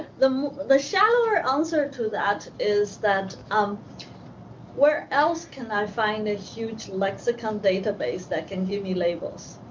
the um the shallower answer to that is that um where else can i find a huge lexicon database that can give me labels